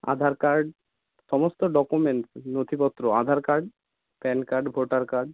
আধার card সমস্ত documents নথিপত্র Aadhaar card PAN card voter card